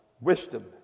wisdom